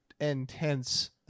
intense